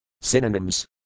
Synonyms